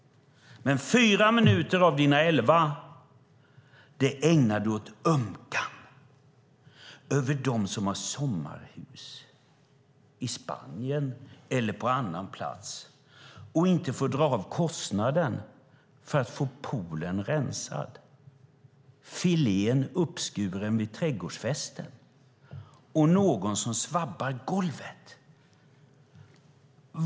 Fyra av dina elva talarminuter ägnade du, Fredrik Schulte, åt att ömka dem som har sommarhus i Spanien eller på annan plats och som inte får göra avdrag för att få poolen rensad, filén uppskuren på trädgårdsfesten och golvet svabbat.